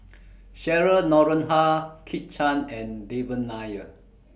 Cheryl Noronha Kit Chan and Devan Nair